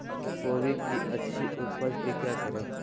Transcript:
फूलगोभी की अच्छी उपज के क्या करे?